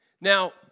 Now